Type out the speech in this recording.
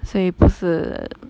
所以不是